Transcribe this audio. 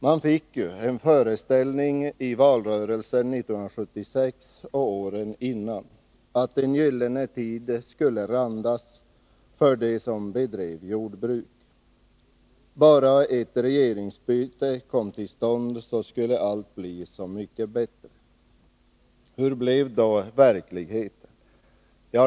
Man fick i valrörelsen 1976 och åren innan en föreställning om att en gyllene tid skulle randas för dem som bedrev jordbruk. Bara ett regeringsbyte kom till stånd så skulle allt bli så mycket bättre. Hur blev då verkligheten?